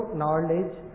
knowledge